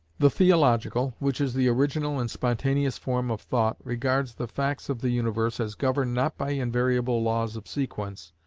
the theological, which is the original and spontaneous form of thought, regards the facts of the universe as governed not by invariable laws of sequence,